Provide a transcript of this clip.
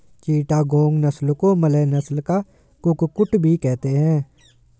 चिटागोंग नस्ल को मलय नस्ल का कुक्कुट भी कहते हैं